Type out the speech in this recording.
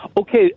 okay